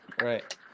Right